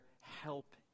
help